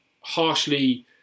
harshly –